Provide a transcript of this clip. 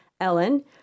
Ellen